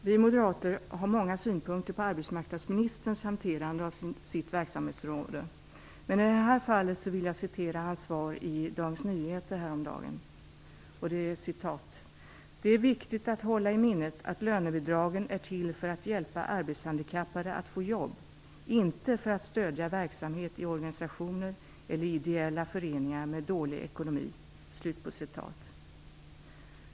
Vi moderater har många synpunkter på arbetsmarknadsministerns hanterande av sitt verksamhetsområde, men i det här fallet vill jag citera vad han sade i DN häromdagen: Det är viktigt att hålla i minnet att lönebidragen är till för att hjälpa arbetshandikappade att få jobb. Inte för att stödja verksamhet i organisationer eller ideella föreningar med dålig ekonomi.